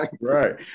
right